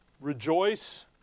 rejoice